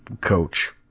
coach